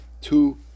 two